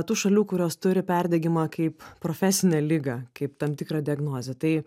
tų šalių kurios turi perdegimą kaip profesinę ligą kaip tam tikrą diagnozę tai